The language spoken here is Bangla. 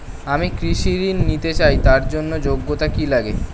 আমি কৃষি ঋণ নিতে চাই তার জন্য যোগ্যতা কি লাগে?